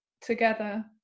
together